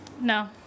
no